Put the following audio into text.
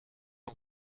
een